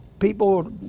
people